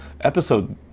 episode